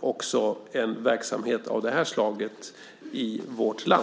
också för en verksamhet av detta slag i vårt land.